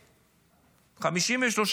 למי?